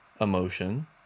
emotion